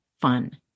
fun